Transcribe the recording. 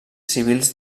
civils